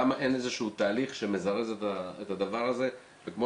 למה אין איזשהו תהליך שמזרז את הדבר הזה וכמו